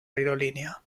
aerolínea